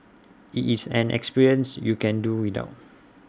IT is an experience you can do without